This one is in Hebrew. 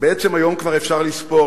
בעצם היום כבר אפשר לספור,